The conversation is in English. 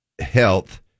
health